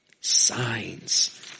Signs